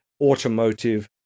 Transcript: automotive